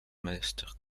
master